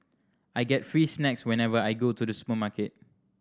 I get free snacks whenever I go to the supermarket